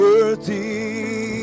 Worthy